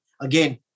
Again